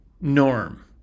norm